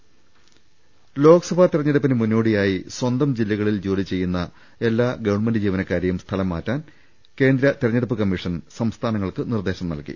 ൾട്ട്ട്ട്ട്ട്ട്ട ലോക്സഭാ തെരഞ്ഞെടുപ്പിന് മുന്നോടിയായി സ്വന്തം ജില്ലകളിൽ ജോലി ചെയ്യുന്ന ഗവൺമെന്റ് ജീവനക്കാരെ സ്ഥലംമാറ്റാൻ കേന്ദ്ര തെരഞ്ഞെടുപ്പ് കമ്മീഷൻ സംസ്ഥാനങ്ങൾക്ക് നിർദ്ദേശം നൽകി